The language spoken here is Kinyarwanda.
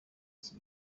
iki